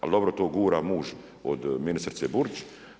Ali dobro to gura muž od ministrice Burić.